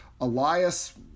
Elias